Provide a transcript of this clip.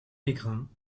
mégrin